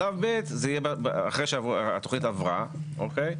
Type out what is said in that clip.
שלב ב', זה יהיה אחרי שהתוכנית עברה, אוקיי?